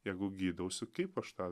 jeigu gydausi kaip aš tą